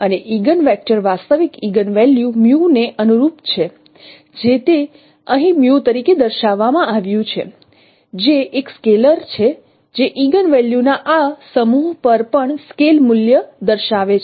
અને eigen vector વાસ્તવિક eigen value ને અનુરૂપ છે જે તે અહીં તરીકે દર્શાવવામાં આવ્યું છે જે એક સ્કેલર છે જે ઇગન્ વેલ્યુ ના આ સમૂહ પર પણ સ્કેલ મૂલ્ય દર્શાવે છે